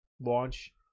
launch